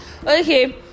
okay